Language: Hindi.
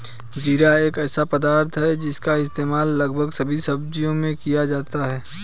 जीरा एक ऐसा पदार्थ है जिसका इस्तेमाल लगभग सभी सब्जियों में किया जाता है